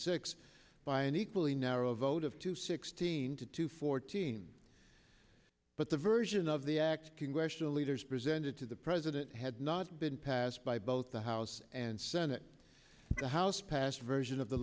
six by an equally narrow vote of two sixteen to two fourteen but the version of the act congressional leaders presented to the president had not been passed by both the house and senate the house passed a version of the